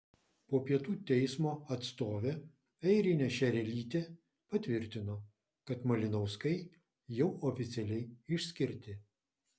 po pietų teismo atstovė airinė šerelytė patvirtino kad malinauskai jau oficialiai išskirti